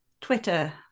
Twitter